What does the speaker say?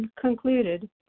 concluded